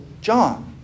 John